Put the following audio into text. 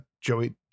Joey